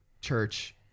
church